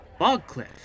Bogcliff